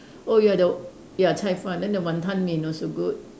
oh you are the you are cai-fan then the Wanton-Mian also good